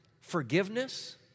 forgiveness